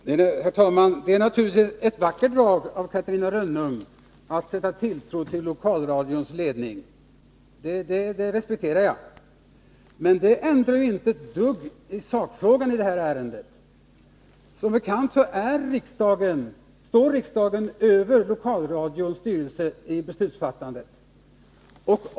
Herr talman! Det är naturligtvis ett vackert drag hos Catarina Rönnung att sätta tilltro till lokalradions ledning. Jag respekterar det. Men det ändrar inte ett dugg i sakfrågan i det här ärendet. Som bekant står riksdagen över lokalradions styrelse i beslutsfattandet.